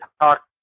talk